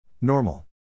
Normal